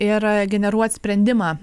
ir generuot sprendimą